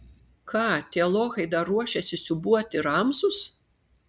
ką tie lochai dar ruošiasi siūbuoti ramsus